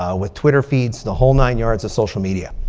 um with twitter feeds. the whole nine yards of social media.